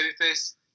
babyface